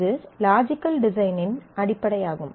இது லாஜிக்கல் டிசைனின் அடிப்படையாகும்